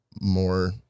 more